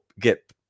get